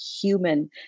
human